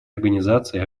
организации